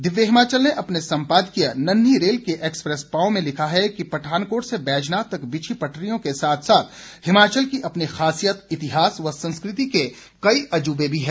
दिव्य हिमाचल ने अपने संपादकीय नन्हीं रेल के एक्सप्रेस पांव में लिखा है कि पठानकोट से बैजनाथ तक बिछी पटरियों के साथ साथ हिमाचल की अपनी खासियत इतिहास व संस्कृति के कई अजूबे भी है